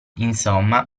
insomma